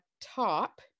top